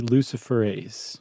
Luciferase